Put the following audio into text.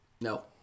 No